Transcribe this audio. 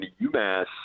UMass